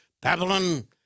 Babylon